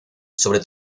sobre